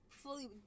Fully